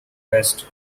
west